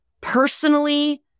personally